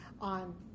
on